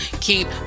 keep